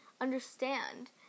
understand